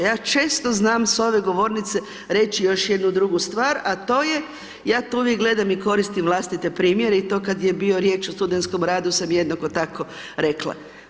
Ja često znam s ove govornice reći još jednu drugu stvar, a to je, ja to uvijek gledam i koristim vlastite primjere i to kada je bio riječ o studenskom radu, sam jednako tako rekla.